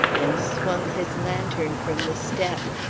and swung his lantern from the step.